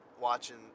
watching